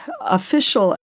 official